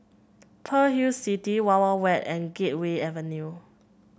Pearl's Hill City Wild Wild Wet and Gateway Avenue